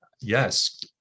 yes